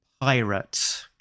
Pirate